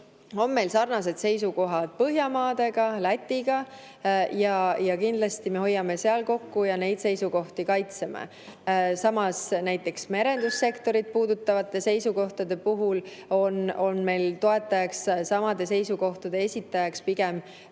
on meil sarnased seisukohad Põhjamaade ja Lätiga, kindlasti me hoiame seal kokku ja kaitseme oma seisukohti. Samas merendussektorit puudutavate seisukohtade puhul on meil toetajaks, samade seisukohtade esitajaks pigem